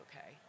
okay